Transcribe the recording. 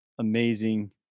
amazing